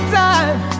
time